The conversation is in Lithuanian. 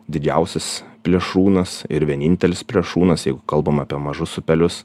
didžiausias plėšrūnas ir vienintelis plėšrūnas jeigu kalbam apie mažus upelius